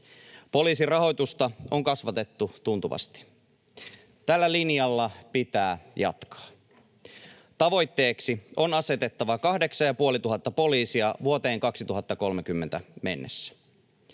Poliisin rahoitusta on kasvatettu tuntuvasti. Tällä linjalla pitää jatkaa. Tavoitteeksi on asetettava 8 500 poliisia vuoteen 2030 mennessä.